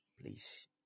Please